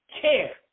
care